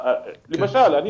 למשל, אני